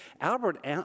Albert